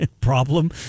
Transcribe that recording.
problem